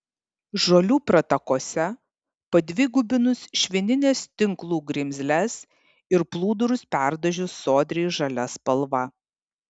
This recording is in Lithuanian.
žolių pratakose padvigubinus švinines tinklų grimzles ir plūdurus perdažius sodriai žalia spalva